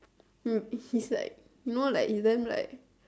mm he is like you know like he is damn like